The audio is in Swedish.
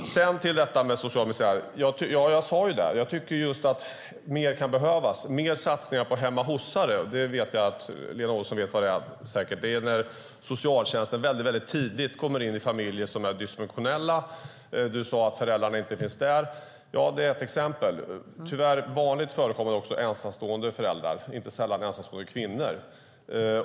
Låt mig gå över till detta med social misär. Jag sade att jag tycker att mer kan behöva göras. Jag pratade om mer satsningar på "hemmahosare". Jag vet att Lena Olsson vet vad det är. Det är när socialtjänsten mycket tidigt kommer in i familjer som är dysfunktionella. Lena Olsson sade att föräldrarna inte finns där. Det är ett exempel. Det är tyvärr också vanligt förekommande när det gäller ensamstående föräldrar, inte sällan ensamstående kvinnor.